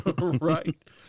Right